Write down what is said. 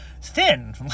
thin